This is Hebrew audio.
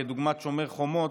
כדוגמת שומר חומות,